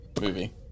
movie